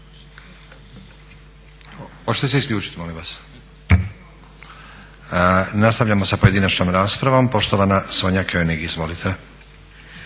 Oćete se isključit molim vas. Nastavljamo s pojedinačnom raspravom. Poštovana Sonja König, izvolite.